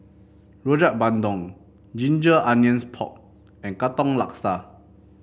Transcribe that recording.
Rojak Bandung Ginger Onions Pork and Katong Laksa